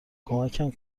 کمکم